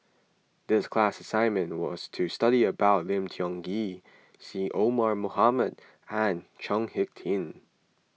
the class assignment was to study about Lim Tiong Ghee Syed Omar Mohamed and Chao Hick Tin